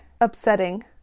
upsetting